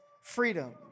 freedom